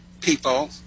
people